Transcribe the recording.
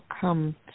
come